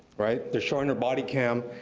right? they're showing her body cam,